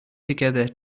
together